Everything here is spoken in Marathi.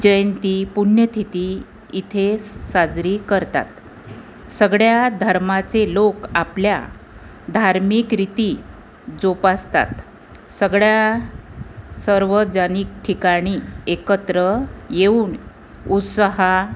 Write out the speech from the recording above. जयंती पुण्यतिथी इथे साजरी करतात सगळ्या धर्माचे लोक आपल्या धार्मिक रीती जोपासतात सगळ्या सार्वजनिक ठिकाणी एकत्र येऊन उत्साहात